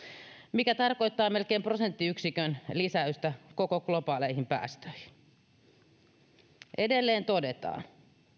mikä tarkoittaa melkein prosenttiyksikön lisäystä koko globaaleihin päästöihin edelleen todetaan